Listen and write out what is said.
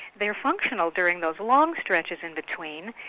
they are functional during those long stretches in between,